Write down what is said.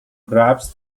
grabs